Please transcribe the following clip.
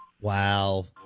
Wow